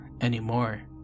anymore